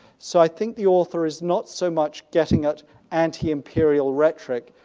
so i think the author is not so much getting at anti-imperial rhetoric,